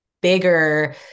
bigger